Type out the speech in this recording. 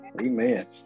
Amen